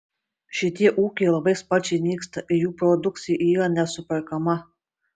šitie ūkiai labai sparčiai nyksta ir jų produkcija yra nesuperkama